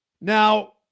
Now